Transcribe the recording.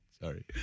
Sorry